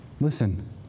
Listen